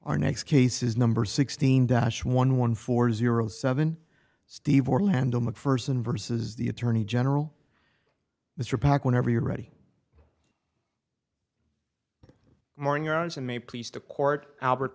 our next case is number sixteen dash one one four zero seven steve orlando mcpherson versus the attorney general mr pack whenever you're ready morning hours and may please to court albert